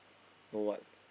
know what